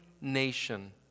nation